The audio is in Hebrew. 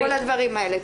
כל הדברים האלה.